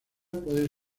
puede